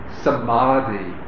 samadhi